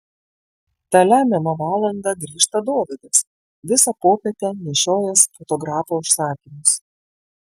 tą lemiamą valandą grįžta dovydas visą popietę nešiojęs fotografo užsakymus